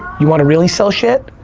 you wanna really sell shit?